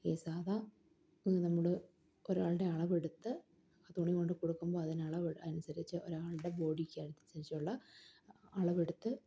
ഈ സാധാ നമ്മള് ഒരാളുടെ അളവെടുത്ത് തുണി കൊണ്ടുപോയി കൊടുക്കുമ്പോള് അതിന്റെ അളവനുസരിച്ച് ഒരാളുടെ ബോഡിക്ക് അനുസരിച്ചുള്ള അളവെടുത്ത്